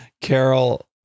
Carol